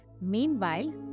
Meanwhile